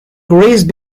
grace